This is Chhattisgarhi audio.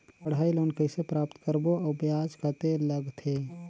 पढ़ाई लोन कइसे प्राप्त करबो अउ ब्याज कतेक लगथे?